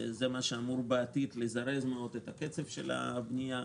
זה מה שאמור בעתיד לזרז מאוד את קצב הבנייה,